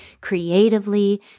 creatively